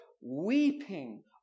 weeping